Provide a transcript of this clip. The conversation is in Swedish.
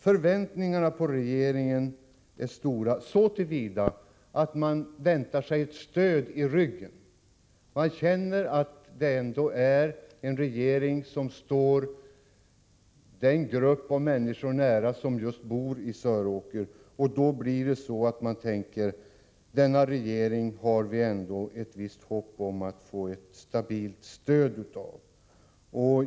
Förväntningarna på regeringen är stora, så till vida att man väntar sig stöd i ryggen. Man känner att det ändå är en regering som står de människor nära som bor i Söråker, och man tänker: Denna regering har vi ett visst hopp om att få ett stabilt stöd av.